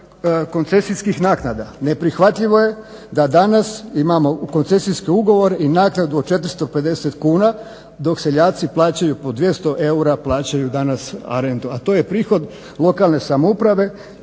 koncesijskih naknada. Neprihvatljivo je da danas imamo koncesijski ugovor i naknadu od 450 kuna dok seljaci plaćaju po 200 eura plaćaju danas rentu, a to je prihod lokalne samouprave.